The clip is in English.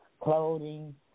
clothing